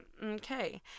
Okay